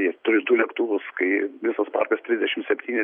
ji turi du lėktuvus kai visas parkas trisdešim septyni